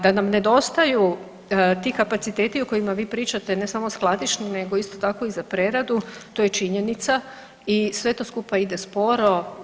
Da nam nedostaju ti kapaciteti o kojima vi pričate ne samo skladišni nego isto tako i za preradu to je činjenica i sve to skupa ide sporo.